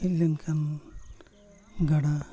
ᱦᱮᱡ ᱞᱮᱱᱠᱷᱟᱱ ᱜᱟᱰᱟ